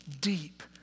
deep